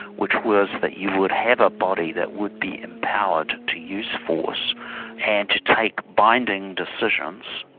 which was that you would have a body that would be empowered to use force and to take binding decisions,